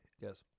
Yes